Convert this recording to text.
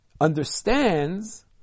understands